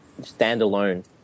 standalone